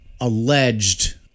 alleged